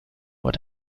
but